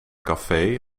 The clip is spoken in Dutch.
café